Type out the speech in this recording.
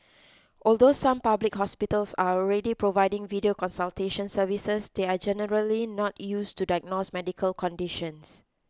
although some public hospitals are already providing video consultation services they are generally not used to diagnose medical conditions